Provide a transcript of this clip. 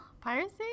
Piracy